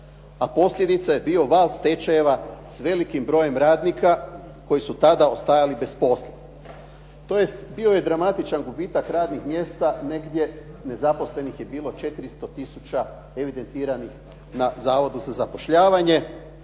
a posljedica je bio val stečajeva s velikim brojem radnika koji su tada ostajali bez posla tj. bio je dramatičan gubitak radnih mjesta, negdje nezaposlenih je bilo 400 tisuća evidentiranih na Zavodu za zapošljavanje,